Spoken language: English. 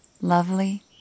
Lovely